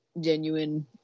genuine